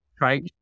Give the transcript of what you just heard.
right